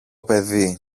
παιδί